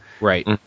Right